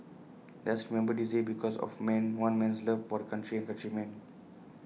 let's remember day the because of man one man's love for the country and countrymen